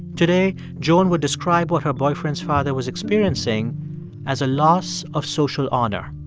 today, joan would describe what her boyfriend's father was experiencing as a loss of social honor.